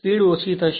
speed ઓછી થશે